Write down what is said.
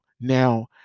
Now